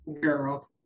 Girl